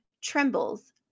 trembles